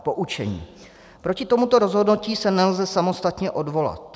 Poučení: Proti tomuto rozhodnutí se nelze samostatně odvolat.